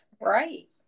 Right